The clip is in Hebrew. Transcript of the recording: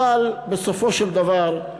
אבל בסופו של דבר,